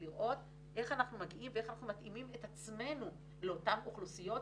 לראות איך אנחנו מגיעים ואיך אנחנו מתאימים את עצמנו לאותן אוכלוסיות,